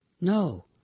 No